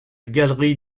galerie